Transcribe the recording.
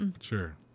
Sure